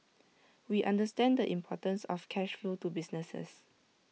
we understand the importance of cash flow to businesses